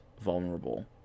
vulnerable